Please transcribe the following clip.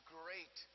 great